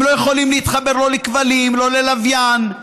הם לא יכולים להתחבר לא לכבלים, לא ללוויין,